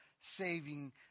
saving